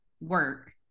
work